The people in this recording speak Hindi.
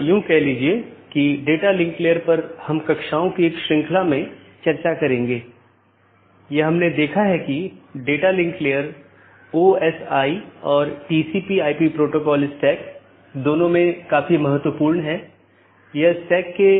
यदि आप पिछले लेक्चरों को याद करें तो हमने दो चीजों पर चर्चा की थी एक इंटीरियर राउटिंग प्रोटोकॉल जो ऑटॉनमस सिस्टमों के भीतर हैं और दूसरा बाहरी राउटिंग प्रोटोकॉल जो दो या उससे अधिक ऑटॉनमस सिस्टमो के बीच है